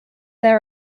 there